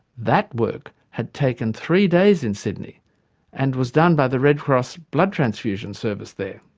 that work had taken three days in sydney and was done by the red cross blood transfusion service there.